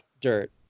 dirt